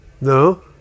No